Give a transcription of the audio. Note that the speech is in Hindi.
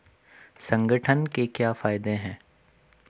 संगठन के क्या फायदें हैं?